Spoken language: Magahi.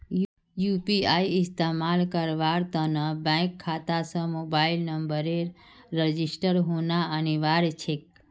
यू.पी.आई इस्तमाल करवार त न बैंक खाता स मोबाइल नंबरेर रजिस्टर्ड होना अनिवार्य छेक